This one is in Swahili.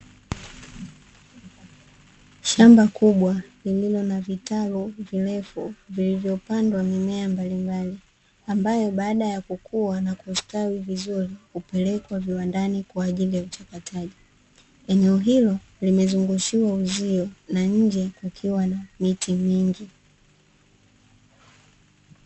Shamba kubwa lililo na vitalu virefu vilivyopandwa mimea mbalimbali ambayo baada ya kukua na kustawi vizuri hupelekwa viwandani kwa ajili ya uchakataji, eneo hilo limezungushiwa uzio na nje kukiwa na miti mingi.